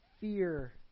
fear